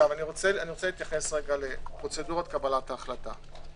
אני רוצה להתייחס לפרוצדורת קבלת ההחלטה.